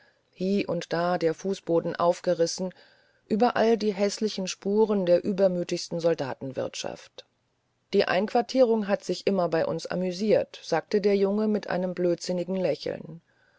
und da der fußboden aufgerissen überall die häßlichen spuren der übermütigsten soldatenwirtschaft die einquartierung hat sich immer bei uns sehr amüsiert sagte der junge mit einem blödsinnigen lächeln